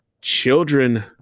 children